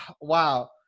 wow